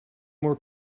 more